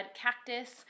cactus